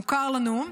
מוכר לנו.